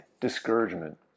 discouragement